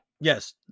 yes